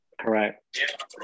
correct